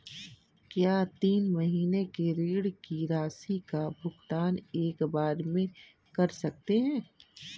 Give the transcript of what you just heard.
क्या तीन महीने के ऋण की राशि का भुगतान एक बार में कर सकते हैं?